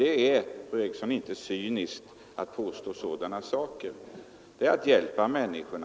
Det är inga cyniska uttalanden, fru Eriksson, det är i stället att hjälpa människorna.